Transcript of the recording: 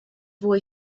boy